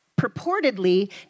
purportedly